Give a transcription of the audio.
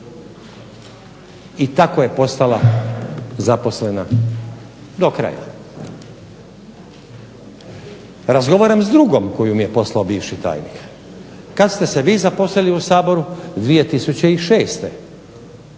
i tako je postala zaposlena do kraja. Razgovaram s drugom koju mi je poslao bivši tajnik. Kada ste se vi zaposlili u Saboru? 2006.